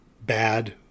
bad